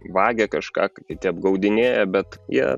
vagia kažką kiti apgaudinėja bet jie